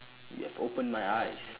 you have opened my eyes